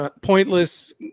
pointless